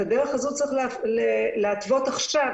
לאדוני היושב-ראש היה ניסיון בפיילוט אחר כאשר